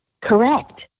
Correct